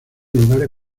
lugares